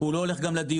הוא לא הולך גם לדיונים.